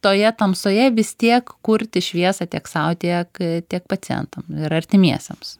toje tamsoje vis tiek kurti šviesą tiek sau tiek tiek pacientam ir artimiesiems